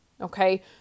Okay